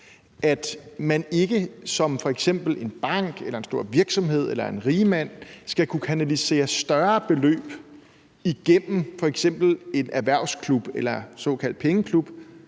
at man ikke som f.eks. en bank eller en stor virksomhed eller en rigmand skal kunne kanalisere større beløb igennem f.eks. en erhvervsklub eller en såkaldt pengeklub